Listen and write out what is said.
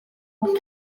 gafodd